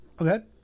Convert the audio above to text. okay